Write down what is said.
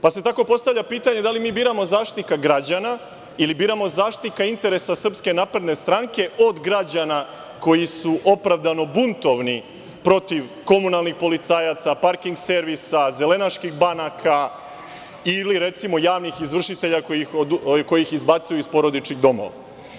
Tako se postavlja pitanje da li mi biramo Zaštitnika građana ili biram zaštitnika interesa SNS od građana koji su opravdano buntovni protiv komunalnih policajaca, parking servisa, zelenaških banaka ili, recimo, javnih izvršitelja koji ih izbacuju iz porodičnih domova?